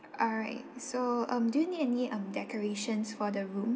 alright so um do you need any um decorations for the room